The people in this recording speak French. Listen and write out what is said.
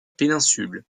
péninsule